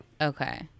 Okay